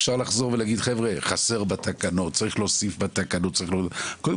אחרי שנדע אצל מי